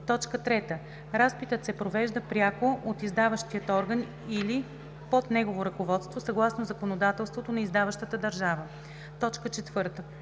3. разпитът се провежда пряко от издаващия орган или под негово ръководство съгласно законодателството на издаващата държава; 4.